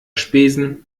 spesen